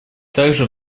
также